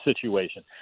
situation